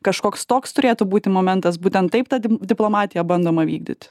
kažkoks toks turėtų būti momentas būtent taip ta diplomatija bandoma vykdyti